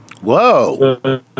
Whoa